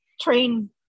train